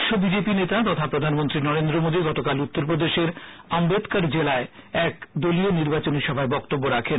শীর্ষ বিজেপি নেতা তথা প্রধানমন্ত্রী নরেন্দ্র মোদি গতকাল উত্তর প্রদেশের আশ্বেদকর জেলায় এক দলীয় নির্বাচনী সভায় বক্তব্য রাখেন